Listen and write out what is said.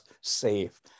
safe